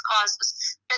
causes